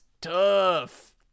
tough